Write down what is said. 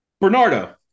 Bernardo